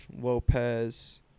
Lopez